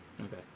Okay